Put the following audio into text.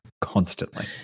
Constantly